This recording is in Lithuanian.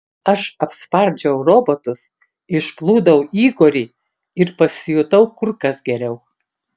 aš apspardžiau robotus išplūdau igorį ir pasijutau kur kas geriau